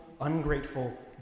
ungrateful